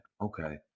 Okay